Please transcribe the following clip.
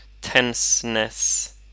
tenseness